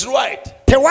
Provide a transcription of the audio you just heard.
right